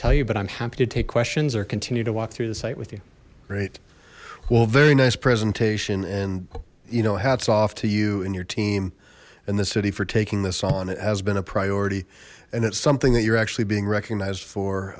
tell you but i'm happy to take questions or continue to walk through the site with you great well very nice presentation and you know hats off to you and your team and the city for taking this on it has been a priority and it's something that you're actually being recognized for